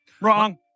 Wrong